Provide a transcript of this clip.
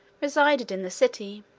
resided in the city